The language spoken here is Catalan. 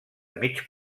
mig